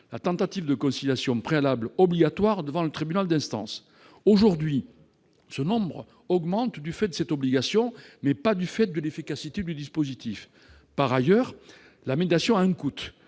la tentative de conciliation préalable obligatoire devant le tribunal d'instance. Aujourd'hui, ce nombre augmente du fait de cette obligation, mais non du fait de l'efficacité du dispositif. Par ailleurs, la médiation à un coût,